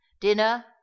Dinner